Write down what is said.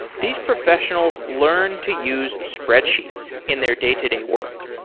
these professionals learn to use spreadsheets in their day-to-day work.